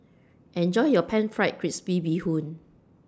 Enjoy your Pan Fried Crispy Bee Hoon